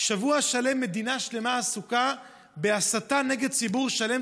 שבוע שלם מדינה שלמה עסוקה בהסתה נגד ציבור שלם,